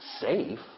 safe